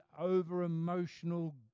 over-emotional